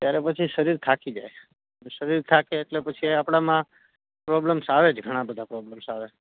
ત્યારે પછી શરીર થાકી જાય શરીર થાકે એટલે પછી આપણામાં પ્રોબ્લેમ્સ આવે જ ઘણાં બધા પ્રોબ્લેમ્સ આવે